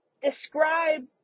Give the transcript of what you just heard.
describe